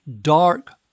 dark